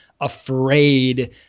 afraid